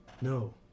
No